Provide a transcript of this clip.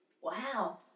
wow